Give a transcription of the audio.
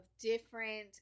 different